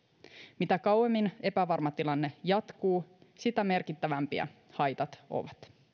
kautta mitä kauemmin epävarma tilanne jatkuu sitä merkittävämpiä haitat ovat